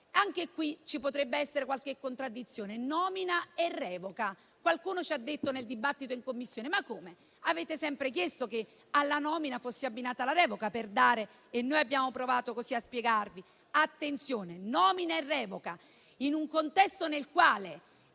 Anche qui ci potrebbe essere qualche contraddizione: nomina e revoca. Qualcuno ci ha detto, nel dibattito in Commissione: ma come, avete sempre chiesto che alla nomina fosse abbinata la revoca. E noi abbiamo provato così a spiegarvi: attenzione, nomina e revoca, in un contesto nel quale